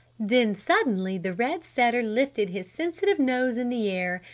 then suddenly the red setter lifted his sensitive nose in the air,